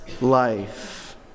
life